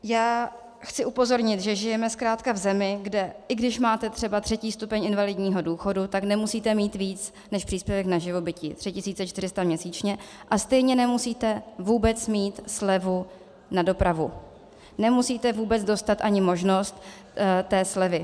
Já chci upozornit, že žijeme zkrátka v zemi, že i když máte třeba třetí stupeň invalidního důchodu, tak nemusíte mít víc než příspěvek na živobytí 3 400 měsíčně a stejně nemusíte vůbec mít slevu na dopravu, nemusíte vůbec dostat ani možnost té slevy.